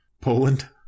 Poland